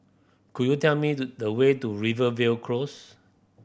could you tell me the way to Rivervale Close